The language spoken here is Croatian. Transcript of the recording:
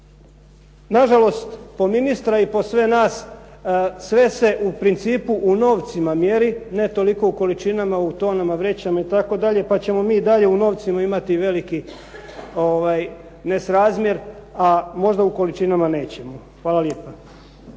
Nažalost po ministra i po sve nas sve se u principu u novcima mjeri, ne toliko u količinama, u tonama, vrećama i tako dalje, pa ćemo mi dalje u novcima imati veliki nesrazmjer, a možda u količinama nećemo. Hvala lijepa.